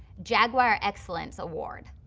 jaguar excellence award.